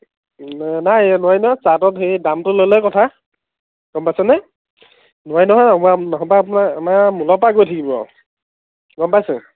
নাই এই নোৱাৰিম নহয় চাৰ্টত হেৰি দামটো লৈ লৈ কথা গ'ম পাইছেনে নোৱাৰি নহয় মই নহয় বা আপোনাৰ মূলৰপৰা গৈ থাকিব আৰু গ'ম পাইছে